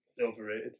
overrated